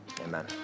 amen